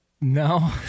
No